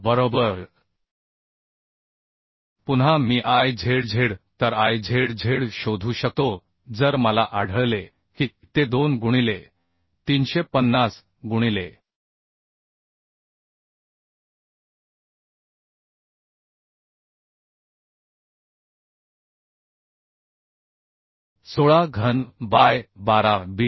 बरोबर पुन्हा मी Izz तर Izz शोधू शकतो जर मला आढळले की ते 2 गुणिले 350 गुणिले16 घन बाय 12 Bd